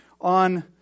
on